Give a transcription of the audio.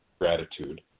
gratitude